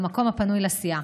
במקום הפנוי לסיעה.